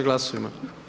Glasujmo.